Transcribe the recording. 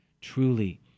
Truly